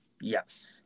Yes